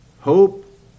hope